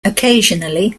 occasionally